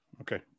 Okay